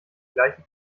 gleiche